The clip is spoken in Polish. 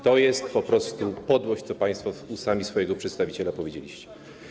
To jest po prostu podłość to, co państwo ustami swojego przedstawiciela powiedzieliście.